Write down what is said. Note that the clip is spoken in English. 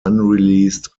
unreleased